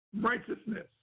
righteousness